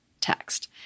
text